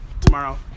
Tomorrow